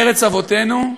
בארץ אבותינו,